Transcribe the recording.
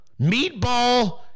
Meatball